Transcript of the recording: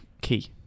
key